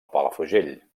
palafrugell